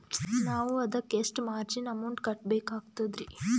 ನಾವು ಅದಕ್ಕ ಎಷ್ಟ ಮಾರ್ಜಿನ ಅಮೌಂಟ್ ಕಟ್ಟಬಕಾಗ್ತದ್ರಿ?